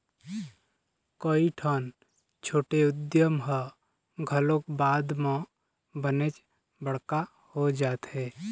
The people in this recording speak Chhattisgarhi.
कइठन छोटे उद्यम ह घलोक बाद म बनेच बड़का हो जाथे